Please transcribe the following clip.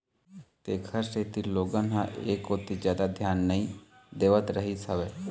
तेखर सेती लोगन ह ऐ कोती जादा धियान नइ देवत रहिस हवय